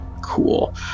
Cool